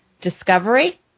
discovery